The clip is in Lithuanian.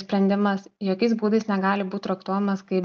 sprendimas jokiais būdais negali būt traktuojamas kaip